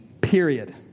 period